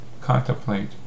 contemplate